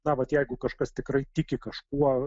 na vat jeigu kažkas tikrai tiki kažkuo